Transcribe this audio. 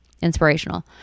inspirational